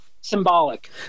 symbolic